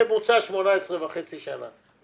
ממוצע של 18.5 שנה.